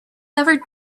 ever